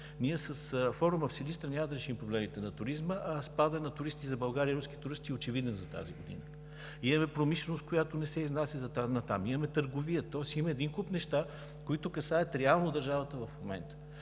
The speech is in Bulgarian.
Ние с форума в Силистра няма да решим проблемите на туризма, а спадът на руски туристи за България е очевиден за тази година. Имаме промишленост, която не се изнася натам. Имаме търговия. Има един куп неща, които касаят реално държавата в момента.